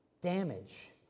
damage